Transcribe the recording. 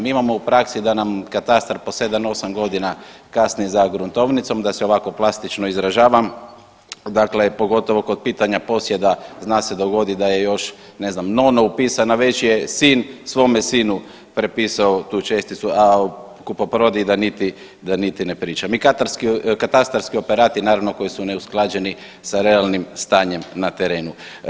Mi imamo u praksi da nam katastar po sedam, osam godina kasni za gruntovnicom, da se ovako plastično izražavam, dakle pogotovo kod pitanja posjeda zna se dogoditi da je još ne znam nono upisan, a već je sin svome sinu prepisao tu česticu, a o kupoprodaji da niti ne pričam i katastarski operati naravno koji su neusklađeni sa realnim stanjem na terenu.